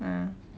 ah